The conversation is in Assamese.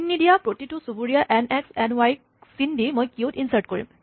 চিন নিদিয়া প্ৰতিটো চুবুৰীয়া এন এক্স এন ৱাই ক চিন দি মই কিউত ইনৰ্ছাট কৰিম